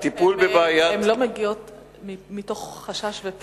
הן לא מגיעות מתוך חשש ופחד?